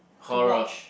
to watch